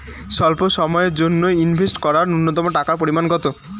স্বল্প সময়ের জন্য ইনভেস্ট করার নূন্যতম টাকার পরিমাণ কত?